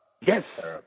Yes